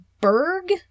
Berg